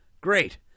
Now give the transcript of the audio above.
Great